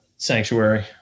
sanctuary